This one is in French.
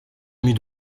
mue